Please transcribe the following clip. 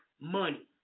money